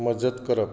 मजत करप